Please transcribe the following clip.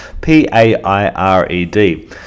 P-A-I-R-E-D